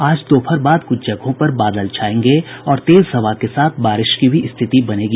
आज दोपहर बाद कुछ जगहों पर बादल छायेंगे और तेज हवा के साथ बारिश की भी स्थिति बनेगी